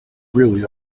really